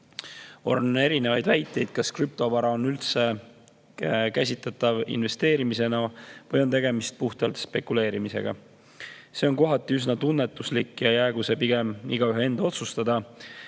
vorme. On erinevaid [küsimusi], kas krüptovara on üldse käsitletav investeerimisena või on tegemist puhtalt spekuleerimisega. See on kohati üsna tunnetuslik [küsimus] ja jäägu see pigem igaühe enda otsustada.